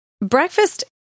Breakfast